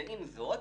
עם זאת,